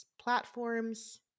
platforms